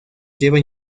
lleva